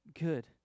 good